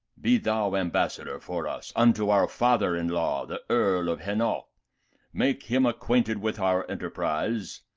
be thou ambassador for us unto our father in law, the earl of henalt make him acquainted with our enterprise,